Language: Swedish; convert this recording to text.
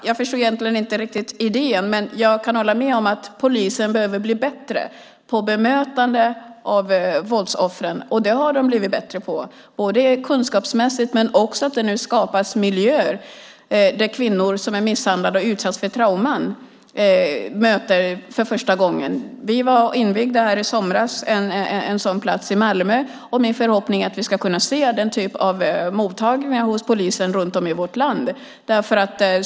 Jag förstår egentligen inte riktigt idén, men jag kan hålla med om att polisen behöver bli bättre på bemötande av våldsoffren. De har också blivit bättre på det både kunskapsmässigt och i och med att det nu skapas miljöer där kvinnor som är misshandlade och har utsatts för trauman för första gången möts. I somras var vi och invigde en sådan plats i Malmö. Det är min förhoppning att vi ska få se den typen av mottagningar hos polisen runt om i vårt land.